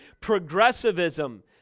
progressivism